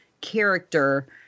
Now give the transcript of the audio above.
character